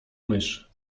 mysz